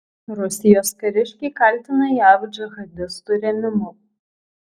rusijos kariškiai kaltina jav džihadistų rėmimu